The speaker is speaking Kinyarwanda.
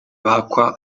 bakwa